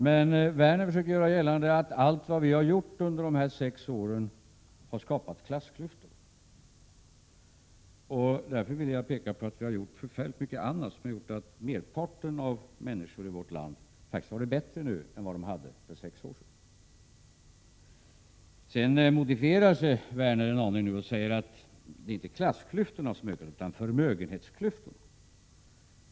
Men Lars Werner försöker göra gällande att allt som vi har gjort under de här sex åren har skapat klassklyftor. Jag vill därför peka på att vi har gjort väldigt mycket annat som har lett till att merparten av människorna i vårt land faktiskt har det bättre nu är vad de hade för sex år sedan. Sedan modifierade sig Lars Werner en aning och sade att det inte är klassklyftorna som har ökat utan förmögenhetsklyftorna.